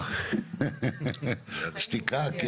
שתיקה.